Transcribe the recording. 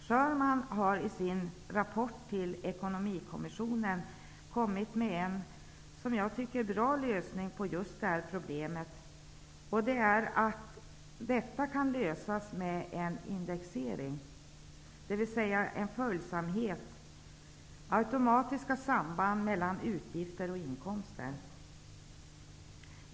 Scherman har i sin rapport till Ekonomikommissionen kommit med en, som jag tycker, bra lösning på problemet, nämligen att det kan lösas med hjälp av en indexering, dvs. en följsamhet i form av automatiska samband mellan utgifter och inkomster.